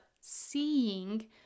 seeing